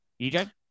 EJ